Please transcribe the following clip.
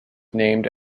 named